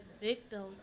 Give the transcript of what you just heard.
victims